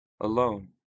alone